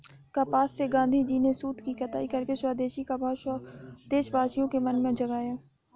कपास से गाँधीजी ने सूत की कताई करके स्वदेशी का भाव देशवासियों के मन में जगाया